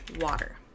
Water